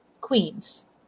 Queens